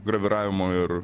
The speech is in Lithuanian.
graviravimo ir